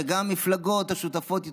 וגם המפלגות השותפות איתו,